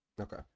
Okay